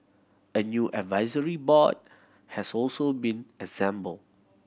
a new advisory board has also been assembled